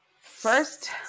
first